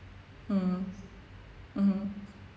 mm mmhmm